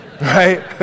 right